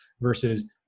versus